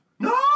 No